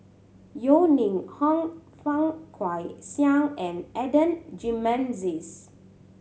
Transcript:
Yeo Ning Hong Fang Guixiang and Adan Jimenez